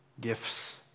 gifts